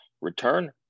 return